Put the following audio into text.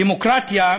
דמוקרטיה,